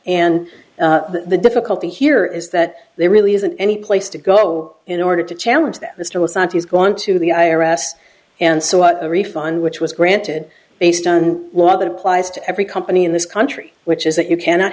and the difficulty here is that there really isn't any place to go in order to challenge that mr wilson he's gone to the i r s and sought a refund which was granted based on law that applies to every company in this country which is that you cannot